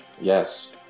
yes